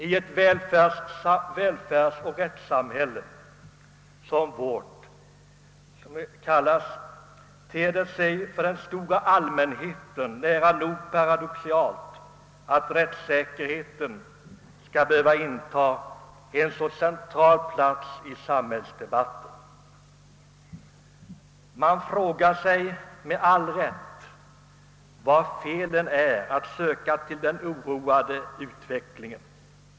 I ett välfärdsoch rättssamhälle, som vårt kallas, ter det sig för den stora allmänheten nära nog paradoxalt att rättssäkerheten skall behöva intaga en så central plats i samhällsdebatten. Man frågar sig med all rätt var anledningarna till den oroande utvecklingen är att söka.